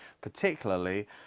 particularly